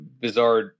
bizarre